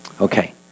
Okay